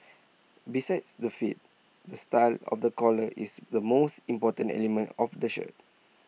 besides the fit the style of the collar is the most important element of A shirt